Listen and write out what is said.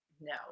no